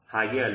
ಹಾಗೆ ಅಲ್ವಾ